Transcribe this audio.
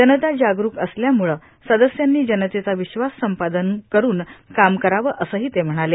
जनता जागृक असल्यामुळं सदस्यांनी जनतेचा विश्वास संपादन करून काम करावं असंही ते म्हणाले